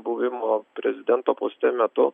buvimo prezidento poste metu